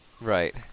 Right